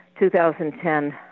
2010